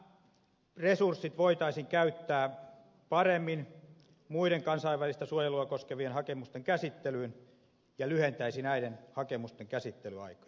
nämä resurssit voitaisiin käyttää paremmin muiden kansainvälistä suojelua koskevien hakemusten käsittelyyn mikä lyhentäisi näiden hakemusten käsittelyaikoja